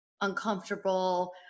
uncomfortable